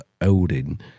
Odin